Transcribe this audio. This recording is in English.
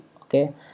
okay